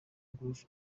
groove